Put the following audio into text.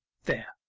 there,